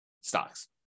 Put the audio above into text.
stocks